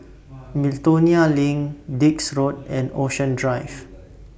Miltonia LINK Dix Road and Ocean Drive